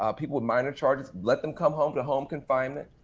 um people with minor charges let them come home to home confinement.